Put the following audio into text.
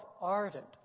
ardent